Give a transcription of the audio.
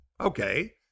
Okay